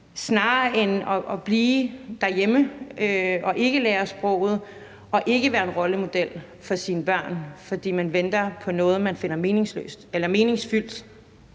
i, end hvis man bliver derhjemme og ikke lærer sproget og ikke er en rollemodel for sine børn, fordi man venter på noget, man finder meningsfyldt.